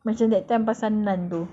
macam that time pasal naan tu